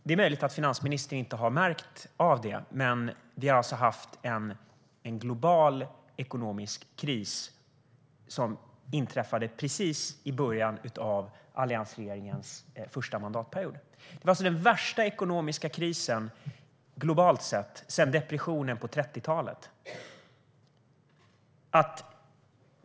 Det är möjligt att finansministern inte har märkt av det, men vi har haft en global ekonomisk kris som inträffade precis i början av alliansregeringens första mandatperiod. Det var den värsta ekonomiska kris vi har haft globalt sett sedan depressionen på 30-talet.